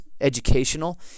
educational